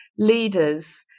leaders